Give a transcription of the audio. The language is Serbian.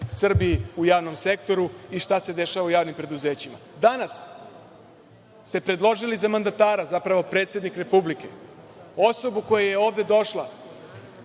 Srbiji u javnom sektoru i šta se dešava u javnim preduzećima. Danas ste predložili za mandatara, zapravo predsednik Republike, osobu koja je ovde došla